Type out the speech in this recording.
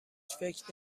فکر